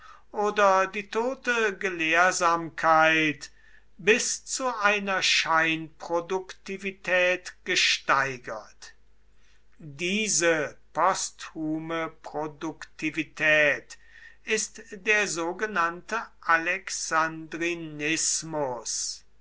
oder die tote gelehrsamkeit bis zu einer scheinproduktivität gesteigert diese posthume produktivität ist der sogenannte alexandrinismus